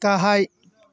गाहायओ